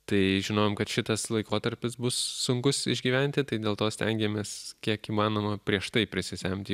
tai žinojom kad šitas laikotarpis bus sunkus išgyventi tai dėl to stengiamės kiek įmanoma prieš tai prisisemti